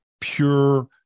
pure